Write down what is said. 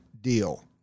deal